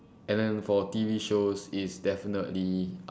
and then for T_V shows it's definitely